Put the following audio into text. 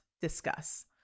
Discuss